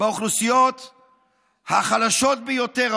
באוכלוסיות החלשות ביותר,